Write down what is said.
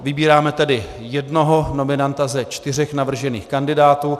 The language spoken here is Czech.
Vybíráme tedy jednoho nominanta ze čtyř navržených kandidátů.